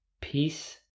peace